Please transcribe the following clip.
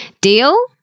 Deal